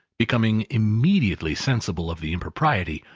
becoming immediately sensible of the impropriety,